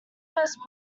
first